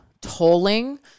tolling